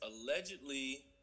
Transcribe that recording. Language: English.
allegedly